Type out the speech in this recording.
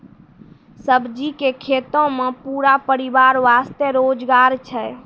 सब्जी के खेतों मॅ पूरा परिवार वास्तॅ रोजगार छै